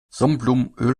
sonnenblumenöl